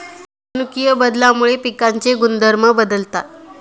जनुकीय बदलामुळे पिकांचे गुणधर्म बदलतात